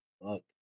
look